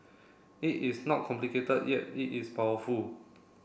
it is not complicated yet it is powerful